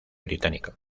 británico